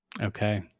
Okay